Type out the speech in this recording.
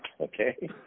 Okay